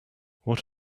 what